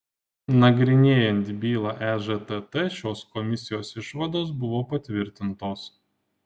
nagrinėjant bylą ežtt šios komisijos išvados buvo patvirtintos